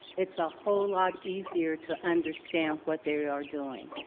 it's a whole lot easier to understand what they are doing.